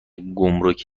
گمرک